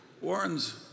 Warren's